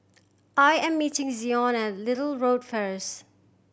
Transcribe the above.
I am meeting Zion at Little Road first